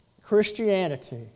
Christianity